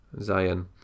Zion